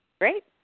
Great